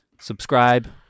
Subscribe